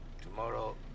Tomorrow